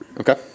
Okay